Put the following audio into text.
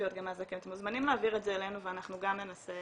ספציפיות אתם מוזמנים להעביר את זה אלינו ואנחנו גם ננסה